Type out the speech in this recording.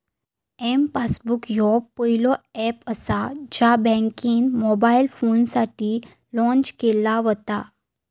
M passbook ह्यो पहिलो app असा ज्या बँकेन मोबाईल फोनसाठी लॉन्च केला व्हता